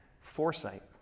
foresight